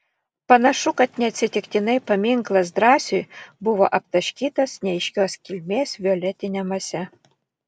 panašu kad neatsitiktinai paminklas drąsiui buvo aptaškytas neaiškios kilmės violetine mase